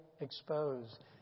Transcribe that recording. exposed